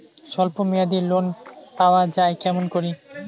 স্বল্প মেয়াদি লোন পাওয়া যায় কেমন করি?